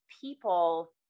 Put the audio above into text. people